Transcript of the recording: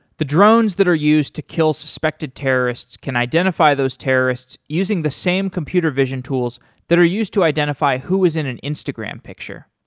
the drones that are used to kill suspected terrorists can identify those terrorists using the same computer vision tools that are used to identify who was in an instagram picture.